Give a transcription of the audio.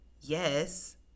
Yes